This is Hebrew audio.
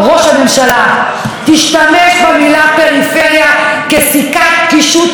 תשתמש במילה "פריפריה" כסיכת קישוט בנאום שלך?